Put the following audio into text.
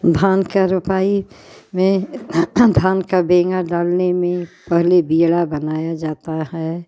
भांग का रोपाई में धान का बेंगा डालने में पहले बीड़ा बनाया जाता है